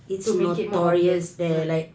to make it more obvious right